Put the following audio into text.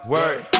Word